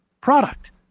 product